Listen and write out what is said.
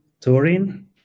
Turin